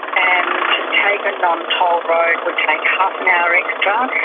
and to take a non-toll road would take half an hour extra.